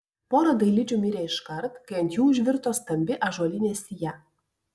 pora dailidžių mirė iškart kai ant jų užvirto stambi ąžuolinė sija